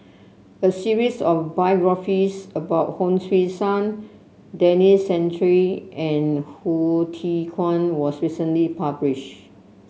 a series of biographies about Hon Sui Sen Denis Santry and Hsu Tse Kwang was recently published